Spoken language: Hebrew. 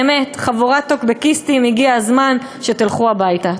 באמת, חבורת טוקבקיסטים, הגיע הזמן שתלכו הביתה.